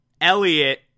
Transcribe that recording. Elliot